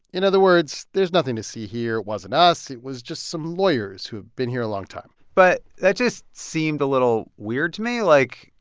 in other words, there's nothing to see here. it wasn't us. it was just some lawyers who have been here a long time but that just seemed a little weird to me. like,